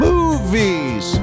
Movies